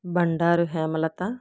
Bandaru Hemalatha